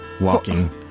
Walking